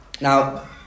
Now